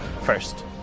first